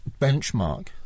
benchmark